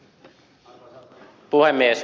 arvoisa puhemies